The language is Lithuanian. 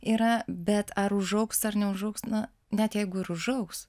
yra bet ar užaugs ar neužaugs na net jeigu ir užaugs